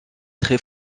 très